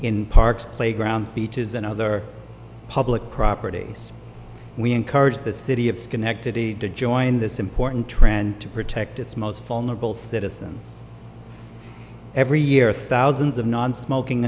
in parks playgrounds beaches and other public property we encourage the city of schenectady to join this important trend to protect its most vulnerable citizens every year thousands of nonsmoking